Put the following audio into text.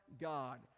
God